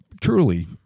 truly